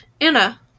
Anna